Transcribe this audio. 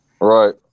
Right